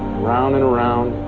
around and around,